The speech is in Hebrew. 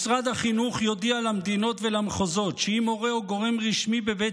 משרד החינוך יודיע למדינות ולמחוזות שאם מורה או גורם רשמי בבית